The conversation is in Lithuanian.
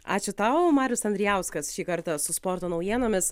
ačiū tau marius andrijauskas šį kartą su sporto naujienomis